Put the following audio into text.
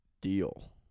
deal